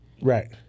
Right